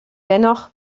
dennoch